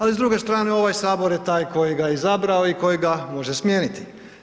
Ali s druge strane ovaj sabor je taj koji ga je izabrao i koji ga može smijeniti.